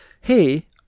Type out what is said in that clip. hey